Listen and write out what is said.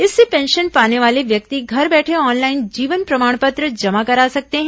इससे पेंशन पाने वाले व्यक्ति घर बैठे ऑनलाइन जीवन प्रमाण पत्र जमा करा सकते हैं